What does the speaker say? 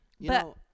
but-